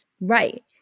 Right